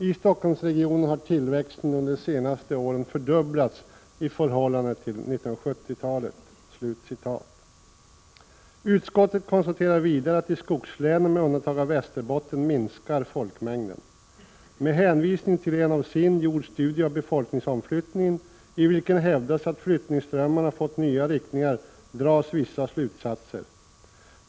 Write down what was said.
I Stockholmsregionen har tillväxten under de senaste åren fördubblats i förhållande till 1970-talet.” Utskottet konstaterar vidare att i skogslänen med undantag av Västerbotten minskar folkmängden. Med hänvisning till en av SIND gjord studie över befolkningsomflyttningen, i vilken hävdas att flyttströmmarna fått nya riktningar, dras vissa slutsatser.